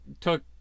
took